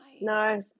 No